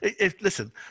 listen